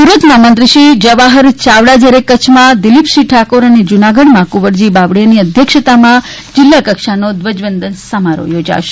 સુરતમાં મંત્રી શ્રી જવાહર ચાવડા જ્યારે કચ્છમાં દિલીપસિંહ ઠાકોર અને જૂનાગઢમાં કુવરજી બાવળીયાની અધ્યક્ષતામાં જિલ્લા કક્ષાનો ધ્વજ વંદન સમારોહ યોજાશે